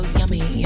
yummy